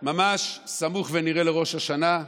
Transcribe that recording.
ממש סמוך ונראה לראש השנה.